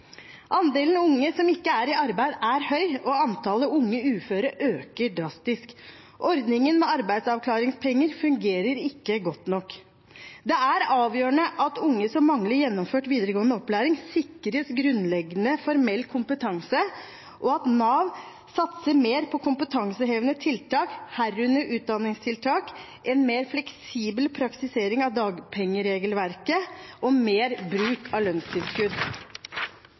Andelen unge som ikke er i arbeid, er høy, og antallet unge uføre øker drastisk. Ordningen med arbeidsavklaringspenger fungerer ikke godt nok. Det er avgjørende at unge som mangler gjennomført videregående opplæring, sikres grunnleggende formell kompetanse, og at Nav satser mer på kompetansehevende tiltak, herunder utdanningstiltak, en mer fleksibel praktisering av dagpengeregelverket og mer bruk av lønnstilskudd.